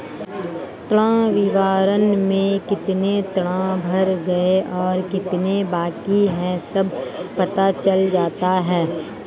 ऋण विवरण में कितने ऋण भर गए और कितने बाकि है सब पता चल जाता है